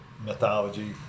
mythology